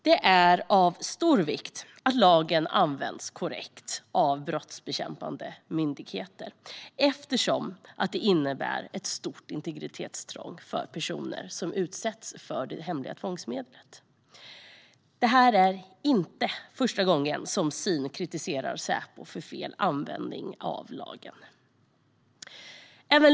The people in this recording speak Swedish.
Det är av stor vikt att lagen används korrekt av brottsbekämpande myndigheter eftersom det innebär ett stort integritetsintrång för personer att utsättas för detta tvångsmedel. Det här är inte första gången som SIN kritiserar Säpo för felanvändning av lagen.